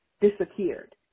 disappeared